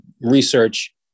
research